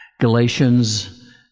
Galatians